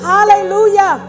Hallelujah